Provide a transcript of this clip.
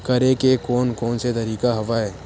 करे के कोन कोन से तरीका हवय?